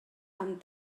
amb